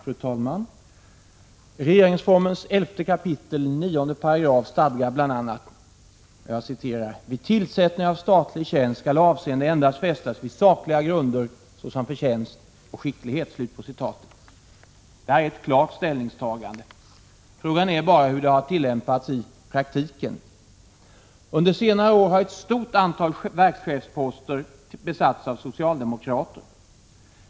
Fru talman! Regeringsformens 11 kap. 9 § stadgar bl.a.: ”Vid tillsättning av statlig tjänst skall avseende fästas endast vid sakliga grunder, såsom förtjänst och skicklighet.” Det är ett klart ställningstagande. Frågan är hur det har tillämpats i praktiken. Under senare år har ett stort antal verkschefsposter besatts av socialdemokrater.